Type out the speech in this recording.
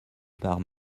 par